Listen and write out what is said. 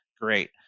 great